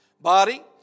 Body